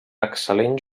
excel·lent